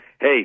hey